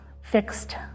fixed